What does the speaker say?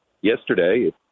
yesterday